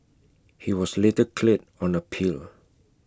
he was later cleared on appeal